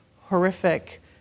horrific